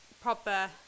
proper